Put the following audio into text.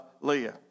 Leah